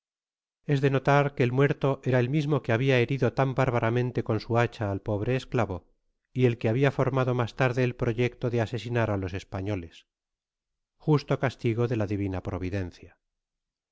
es de notar que el muerto era el mismo que habia herido tan bárbaramente con su hacha al pobre esclavo y el que habia formado mas larde el proyecto de asesinar á los españoles justo castigo de la divina providencial